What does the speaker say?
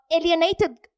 alienated